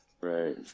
Right